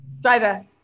Driver